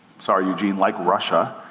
sorry eugene, like russia